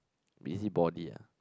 busybody ah